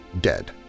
dead